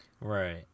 Right